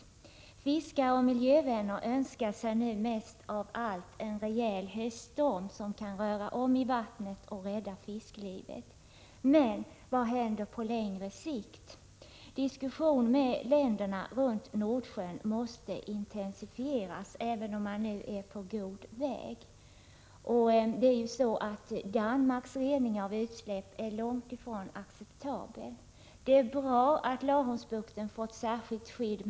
Vad fiskare och miljövänner nu mest av allt önskar sig är en rejäl höststorm som kan röra om i vattnet och rädda fisklivet. Men vad händer på längre sikt? Diskussionerna med länderna runt Nordsjön måste intensifieras. Jag säger detta, trots att man redan är på god vägi det avseendet. Danmarks rening av utsläppen är långt ifrån acceptabel. Det är bra att Laholmsbukten har fått särskilt skydd.